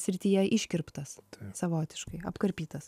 srityje iškirptas savotiškai apkarpytas